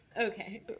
Okay